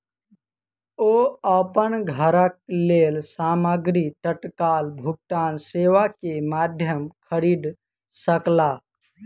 ओ अपन घरक लेल सामग्री तत्काल भुगतान सेवा के माध्यम खरीद सकला